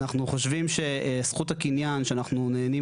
אנחנו חושבים שזכות הקניין שאנחנו נהנים